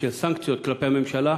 של סנקציות כלפי הממשלה: